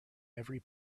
every